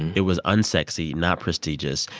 it was unsexy, not prestigious.